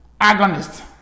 agonist